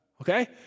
Okay